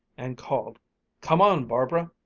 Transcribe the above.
and called come on, barbara!